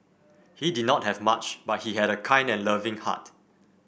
he did not have much but he had a kind and loving heart